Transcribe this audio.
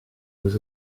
was